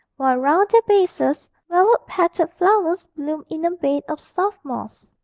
while round their bases velvet-petalled flowers bloomed in a bed of soft moss.